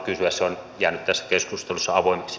se on jäänyt tässä keskustelussa avoimeksi